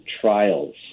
trials